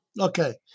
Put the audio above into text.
okay